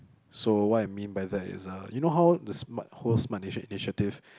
so what I mean by that is uh you know how the smart whole smart nation initiative